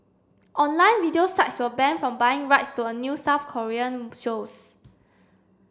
online video sites were banned from buying rights to a new South Korean shows